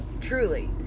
Truly